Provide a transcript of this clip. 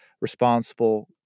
responsible